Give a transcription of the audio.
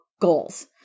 goals